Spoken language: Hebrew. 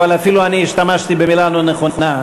אבל אפילו אני השתמשתי במילה לא נכונה,